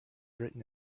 written